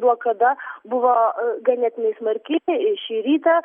blokada buvo ganėtinai smarki šį rytą